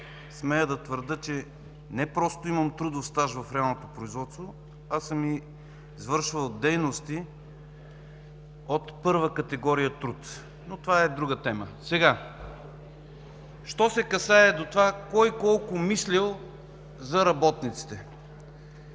смея да твърдя, че не просто имам трудов стаж в реалното производство, а съм и извършвал дейности от първа категория труд. Но това е друга тема. Що се касае до това кой колко мислел за работниците.